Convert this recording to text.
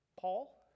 Paul